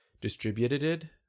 Distributed